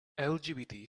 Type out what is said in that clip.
lgbt